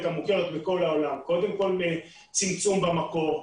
המוכרת בכל העולם: קודם כול צמצום במקור,